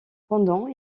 pendant